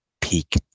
peak